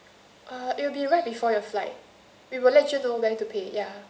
uh it'll be right before your flight we will let you know when to pay ya